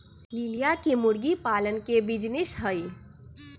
लिलिया के मुर्गी पालन के बिजीनेस हई